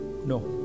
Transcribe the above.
No